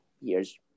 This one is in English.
years